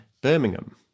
Birmingham